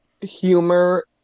humor